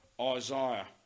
Isaiah